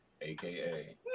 AKA